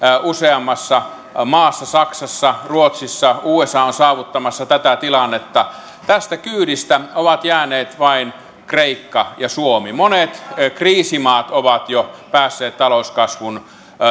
useammassa maassa saksassa ruotsissa usa on saavuttamassa tätä tilannetta tästä kyydistä ovat jääneet vain kreikka ja suomi monet kriisimaat ovat jo päässeet talouskasvun